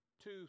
two